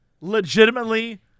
Legitimately